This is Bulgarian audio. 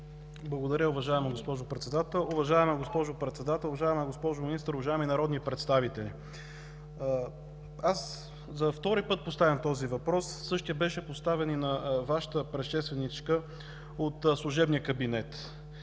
Благодаря, уважаема госпожо Председател. Уважаема госпожо Председател, уважаема госпожо Министър, уважаеми народни представители! За втори път поставям този въпрос. Същият беше поставен и на Вашата предшественичка от служебния кабинет.